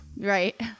right